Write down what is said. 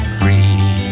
free